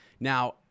Now